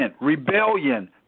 rebellion